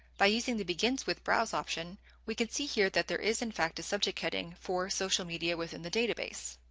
by using the begins with browse option we could see here that there is in fact a subject heading for social media within the database.